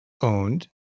owned